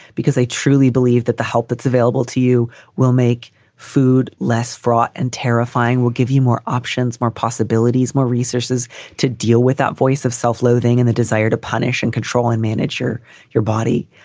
because i truly believe that the help that's available to you will make food less fraught and terrifying, will give you more options, more possibilities, more resources to deal with that voice of self-loathing and the desire to punish and control and manager your body.